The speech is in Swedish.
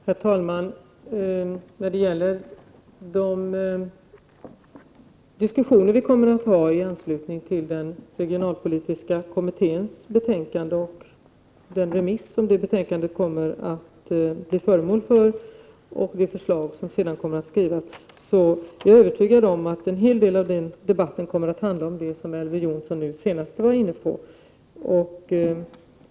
Herr talman! När det gäller de diskussioner vi kommer att ha i anslutning till den regionalpolitiska kommitténs betänkande, den remiss som det betänkandet kommer att bli föremål för och de förslag som senare kommer att skrivas, är jag övertygad om att en hel del av den debatten kommer att handla om det som Elver Jonsson nu senast var inne på.